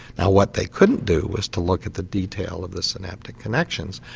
now what they couldn't do was to look at the detail of the synaptic connections,